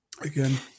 Again